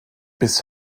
bis